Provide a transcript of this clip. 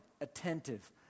Attentive